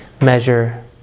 measure